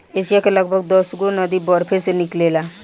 Asia के लगभग दसगो नदी बरफे से निकलेला